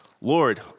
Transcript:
Lord